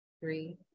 three